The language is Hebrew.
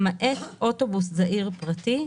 למעט אוטובוס זעיר פרטי,